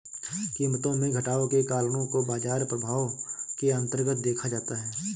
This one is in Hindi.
कीमतों में घटाव के कारणों को बाजार प्रभाव के अन्तर्गत देखा जाता है